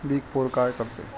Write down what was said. Big four काय करते?